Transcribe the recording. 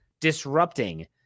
disrupting